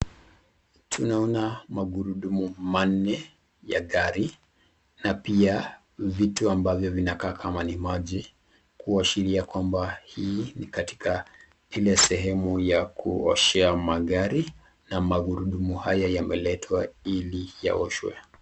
Tunaona magurudumu manne ya gari na pia vitu ambavyo vinakaa kama ni maji kuashiria kwama hii ni katika ile sehemu ya kuoshea magari na magurudumu haya yameletwa ili yaoshwe.